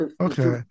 Okay